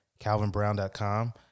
calvinbrown.com